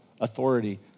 authority